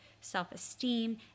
self-esteem